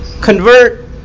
convert